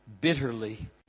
bitterly